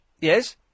Yes